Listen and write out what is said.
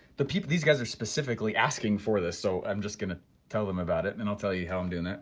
the people, these guys are specifically asking for this, so i'm just going to tell them about it and i'll tell you how i'm doing